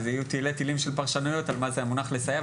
יהיו תילי תילים של פרשנויות לגבי המונח "לסייע".